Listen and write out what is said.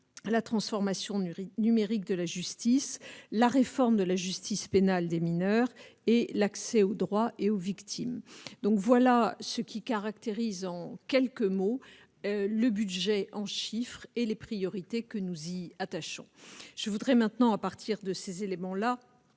la transformation du numérique, de la justice, la réforme de la justice pénale des mineurs et l'accès aux droits et aux victimes, donc voilà ce qui caractérise en quelques mots le budget en chiffres et les priorités que nous y attachons je voudrais maintenant à partir de ces éléments-là